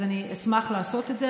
אז אני אשמח לעשות את זה.